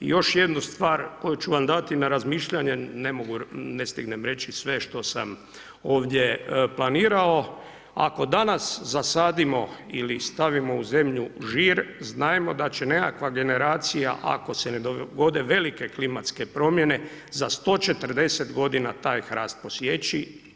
I još jednu stvar koju ću vam dati na razmišljanje, ne stignem reći sve što sam ovdje planirao, ako danas zasadimo ili stavimo u zemlju žir, znajmo da će nekakva generacija, ako se ne dogode velike klimatske promjene za 140 godina taj Hrast posjeći.